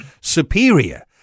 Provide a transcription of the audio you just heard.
superior